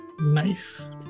Nice